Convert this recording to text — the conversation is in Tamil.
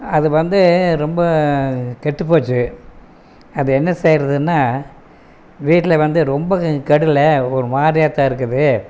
அது வந்து ரொம்ப கெட்டு போச்சு அது என்ன செய்யறதுன்னா வீட்டில் வந்து ரொம்ப கெடலை ஒரு மாதிரியாத்தான் இருக்குது